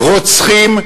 רוצחים,